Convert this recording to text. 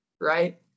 right